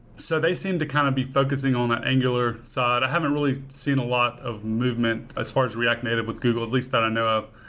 so they seem to kind of be focusing on that angular side. i haven't really seen a lot of movement as far as react native with google at least that i know of.